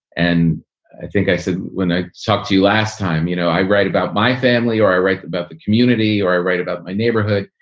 and i think i said when i spoke to you last time, you know, i write about my family or i write about the community or i write about my neighborhood.